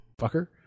Fucker